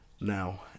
Now